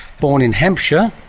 born in hampshire,